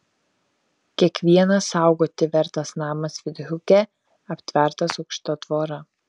kiekvienas saugoti vertas namas vindhuke aptvertas aukšta tvora